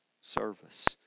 service